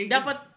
Dapat